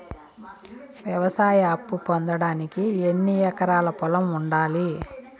వ్యవసాయ అప్పు పొందడానికి ఎన్ని ఎకరాల పొలం ఉండాలి?